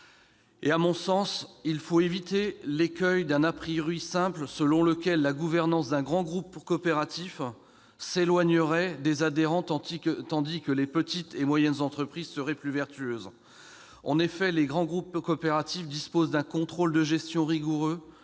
À mon sens, il faut éviter l'simpliste selon lequel la gouvernance des grands groupes coopératifs s'éloignerait des adhérents, tandis que les petites et moyennes entreprises seraient plus vertueuses. En effet, les grands groupes coopératifs disposent d'un contrôle de gestion rigoureux